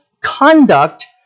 conduct